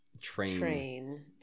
train